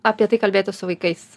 apie tai kalbėti su vaikais